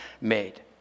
made